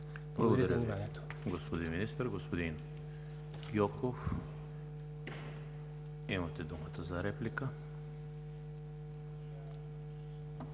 Благодаря